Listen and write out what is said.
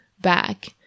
back